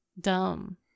dumb